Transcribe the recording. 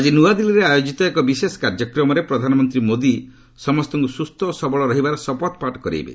ଆଜି ନ୍ତଆଦିଲ୍ଲୀଠାରେ ଆୟୋଜିତ ଏକ ବିଶେଷ କାର୍ଯ୍ୟକ୍ରମରେ ପ୍ରଧାନମନ୍ତ୍ରୀ ମୋଦୀ ସମସ୍ତଙ୍କୁ ସୁସ୍ଥ ଓ ସବଳ ରହିବାର ଶପଥପାଠ କରାଇବେ